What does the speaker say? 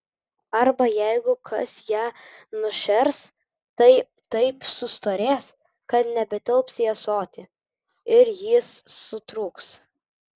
arba jeigu kas ją nušers tai taip sustorės kad nebetilps į ąsotį ir jis sutrūks